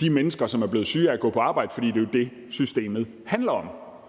de mennesker, som er blevet syge af at gå på arbejde, for det er jo det, systemet handler om.